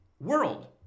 world